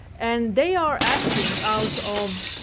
and they are acting out of,